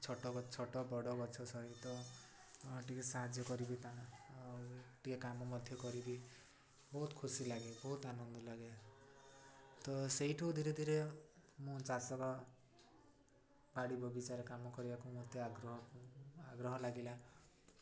ଛୋଟ ଛୋଟ ବଡ଼ ଗଛ ସହିତ ଟିକେ ସାହାଯ୍ୟ କରିବି ତା ଆଉ ଟିକେ କାମ ମଧ୍ୟ କରିବି ବହୁତ ଖୁସି ଲାଗେ ବହୁତ ଆନନ୍ଦ ଲାଗେ ତ ସେଇଠୁ ଧୀରେ ଧୀରେ ମୁଁ ଚାଷର ବାଡ଼ି ବଗିଚାରେ କାମ କରିବାକୁ ମତେ ଆଗ୍ରହ ଆଗ୍ରହ ଲାଗିଲା